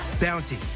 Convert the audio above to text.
Bounty